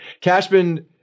Cashman